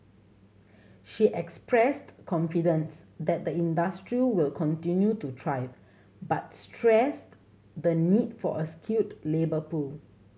she expressed confidence that the industry will continue to thrive but stressed the need for a skilled labour pool